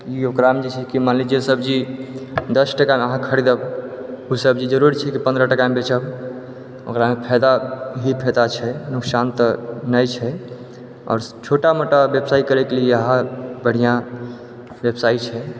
ई ओकरा मे जे छै मानलिय की सब्जी दस टका मे अहाँ खरिदब ओ सब्जी जरूर छै कि पन्द्रह टका मे बेचब ओकरा मे फयदा ही फैदा छै नुकसान तऽ नहि छै आओर छोटा मोटा ब्यबसाय करै के लिय बढ़िऑं ब्यबसाय छै